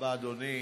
תודה רבה, אדוני.